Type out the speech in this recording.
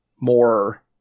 more